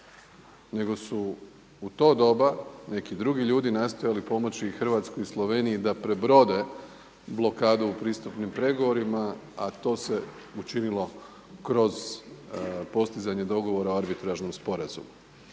nego su u to doba neki drugi ljudi nastojali pomoći Hrvatskoj i Sloveniji da prebrode blokadu u pristupnim pregovorima, a to se učinilo kroz postizanje dogovora o arbitražnom sporazumu.